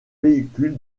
véhicule